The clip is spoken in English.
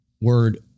word